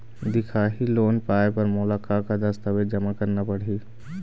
दिखाही लोन पाए बर मोला का का दस्तावेज जमा करना पड़ही?